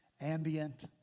Ambient